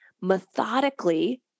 methodically